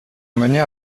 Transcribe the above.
mener